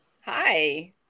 Hi